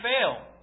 fail